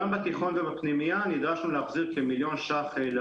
גם בתיכון ובפנימייה נדרשנו להחזיר כ-1,000,000 ₪